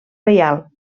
reial